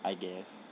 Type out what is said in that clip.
I guess